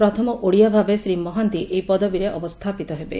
ପ୍ରଥମ ଓଡ଼ିଆ ଭାବେ ଶ୍ରୀ ମହାନ୍ତି ଏହି ପଦବୀରେ ଅବସ୍ଛାପିତ ହେବେ